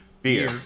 Beer